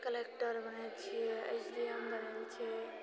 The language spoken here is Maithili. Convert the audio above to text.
कलक्टर बनै छिऐ एस डी एम बनल छिऐ